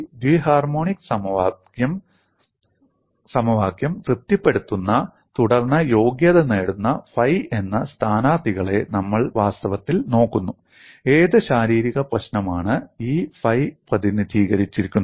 ദ്വി harmonic സമവാക്യം തൃപ്തിപ്പെടുത്തുന്ന തുടർന്ന് യോഗ്യത നേടുന്ന ഫൈ എന്ന സ്ഥാനാർത്ഥികളെ നമ്മൾ വാസ്തവത്തിൽ നോക്കുന്നു ഏത് ശാരീരിക പ്രശ്നമാണ് ഈ ഫൈ പ്രതിനിധീകരിക്കുന്നത്